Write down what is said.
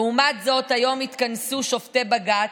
לעומת זאת, היום התכנסו שופטי בג"ץ,